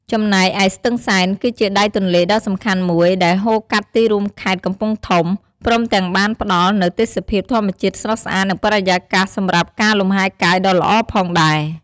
ចំណែកឯស្ទឹងសែន គឺជាដៃទន្លេដ៏សំខាន់មួយដែលហូរកាត់ទីរួមខេត្តកំពង់ធំ ព្រមទាំងបានផ្តល់នូវទេសភាពធម្មជាតិស្រស់ស្អាតនិងបរិយាកាសសម្រាប់ការលម្ហែកាយដ៏ល្អផងដែរ។